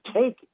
take